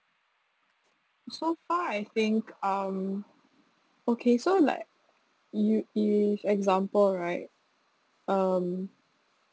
so far I think um okay so like you if example right um